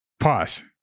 pause